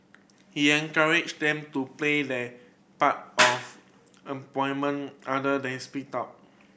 he encouraged them to play their part of other then speak up